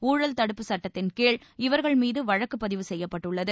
ஊழல் தடுப்பு சுட்டத்தின் கீழ் இவர்கள் மீது வழக்கு செய்யப்பட்டுள்ளது